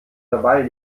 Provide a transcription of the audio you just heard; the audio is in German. dabei